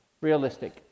realistic